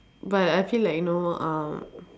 but I feel like you know uh